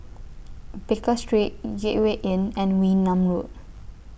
Baker Street Gateway Inn and Wee Nam Road